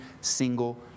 single